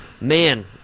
man